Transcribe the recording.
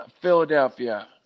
Philadelphia